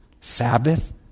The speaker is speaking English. Sabbath